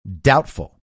Doubtful